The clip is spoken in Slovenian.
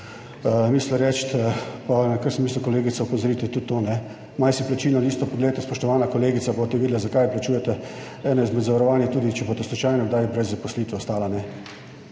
mislil reči, pa na kar sem mislil kolegico opozoriti, je tudi to, ne. Malo si plačilno listo poglejte, spoštovana kolegica, boste videli, zakaj plačujete eno izmed zavarovanj, če boste slučajno kdaj brez zaposlitve ostala, ne.